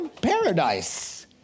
paradise